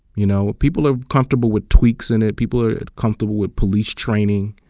you know, people are comfortable with tweaks in it, people are comfortable with police training,